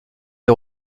est